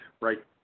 Right